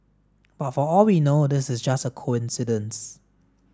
but for all we know this is just a coincidence